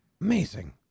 amazing